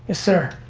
ah sir.